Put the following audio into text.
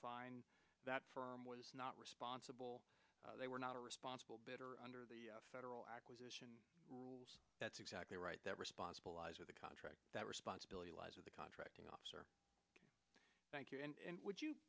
find that firm was not responsible they were not responsible better under the federal acquisition roles that's exactly right that responsible lies with the contract that responsibility lies with the contracting officer thank you and would you